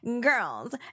girls